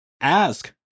ask